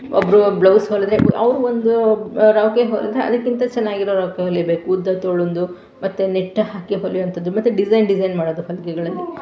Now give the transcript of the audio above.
ಒಬ್ಬರು ಬ್ಲೌಸ್ ಹೊಲಿದ್ರೆ ಅವರೊಂದು ರವಿಕೆ ಹೊಲಿದ್ರೆ ಅದಕ್ಕಿಂತ ಚೆನ್ನಾಗಿರೋ ರವಿಕೆ ಹೊಲಿಬೇಕು ಉದ್ದ ತೋಳಿಂದು ಮತ್ತು ನೆಟ್ ಹಾಕಿ ಹೊಲಿಯೋವಂಥದ್ದು ಮತ್ತು ಡಿಸೈನ್ ಡಿಸೈನ್ ಮಾಡೋದು ಹೊಲಿಗೆಗಳಲ್ಲಿ